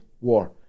War